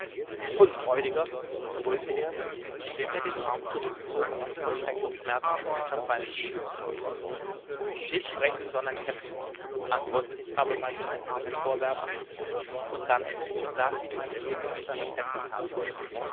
hund räudiger brüllte er indem er den arm zurückzog und vor schreck und schmerz das messer fallen ließ nicht sprechen sondern kämpfen antwortete ich abermals meinen arm emporwerfend und dann saß ihm meine klinge bis an das heft im herzen